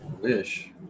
Wish